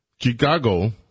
Chicago